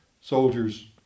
soldiers